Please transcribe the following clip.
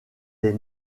des